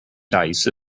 dice